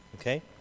Okay